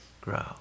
grow